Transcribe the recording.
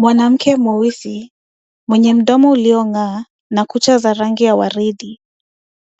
Mwanamke mweusi mwenye mdomo uliong'aa na kucha za rangi ya waridi